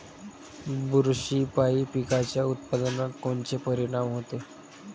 बुरशीपायी पिकाच्या उत्पादनात कोनचे परीनाम होते?